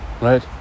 right